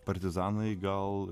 partizanai gal